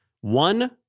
One